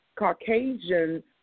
Caucasian